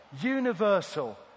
universal